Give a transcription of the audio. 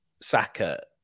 Saka